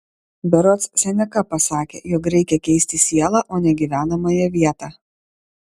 berods seneka pasakė jog reikia keisti sielą o ne gyvenamąją vietą